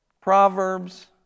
Proverbs